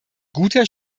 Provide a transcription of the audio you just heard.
guter